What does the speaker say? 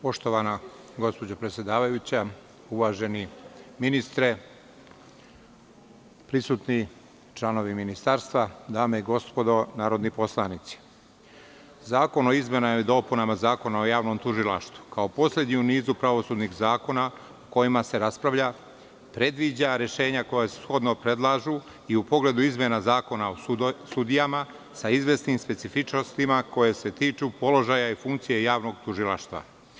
Poštovana gospođo predsedavajuća, uvaženi ministre, prisutni članovi ministarstva, dame i gospodo narodni poslanici, Zakon o izmenama i dopunama Zakona o javnom tužilaštvu, kao poslednji u nizu pravosudnih zakona o kojima se raspravlja, predviđa rešenja koja shodno predlažu i u pogledu izmena Zakona o sudijama, sa izvesnim specifičnostima, koje se tiču položaja i funkcije javnog tužilaštva.